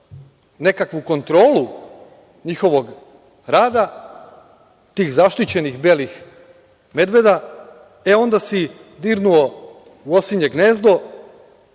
nekakvu kontrolu njihovog rada, tih zaštićenih belih medveda, e, onda si dirnuo u osinje gnjezdo,